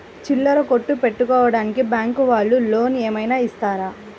చిల్లర కొట్టు పెట్టుకోడానికి బ్యాంకు వాళ్ళు లోన్ ఏమైనా ఇస్తారా?